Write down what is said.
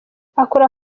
akora